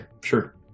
sure